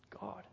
God